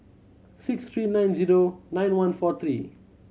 six three nine zero nine one four three